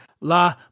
La